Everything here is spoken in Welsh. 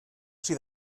sydd